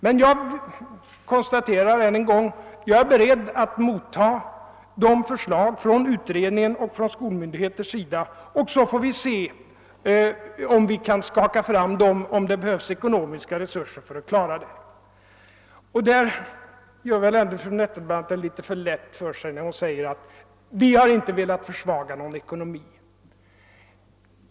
Men jag konstaterar än en gång att jag är beredd att mottaga sådana här förslag från utredningen och från skolmyndigheterna, och så får vi se om vi kan skaka fram de ekonomiska resurser som behövs. Fru Nettelbrandt gör det väl ändå litet för lätt för sig när hon säger: Vi på vårt håll har inte velat försvaga ekonomin.